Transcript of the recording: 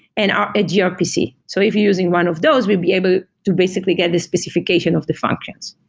and ah ah grpc. so if you're using one of those, we'll be able to basically get the specification of the functions.